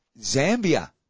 Zambia